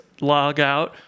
logout